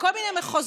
בכל מיני מחוזות,